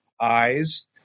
eyes